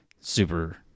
super